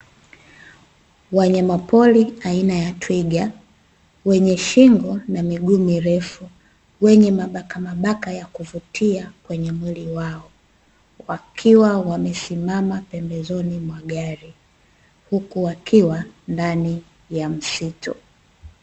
Wanyama pori aina ya twiga, wenye shingo na miguu mirefu, wenye mabakamabaka ya kuvutia kwenye mwili wao. Wakiwa wamesimama pembezoni mwa gari, huku wakiwa ndani ya msitu.